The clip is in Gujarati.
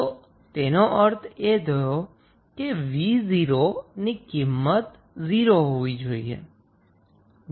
તો તેનો અર્થ એ થયો કે 𝑣0 ની કિંમત 0 હોવી જોઈએ